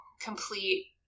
complete